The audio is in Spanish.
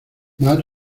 mar